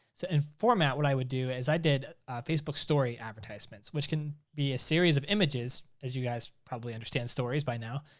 so in format, what i would do, is i did facebook story advertisements, which can be a series of images, as you guys probably understand stories by now.